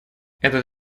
этот